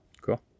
Cool